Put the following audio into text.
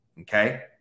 Okay